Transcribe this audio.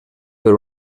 per